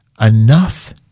enough